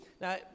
Now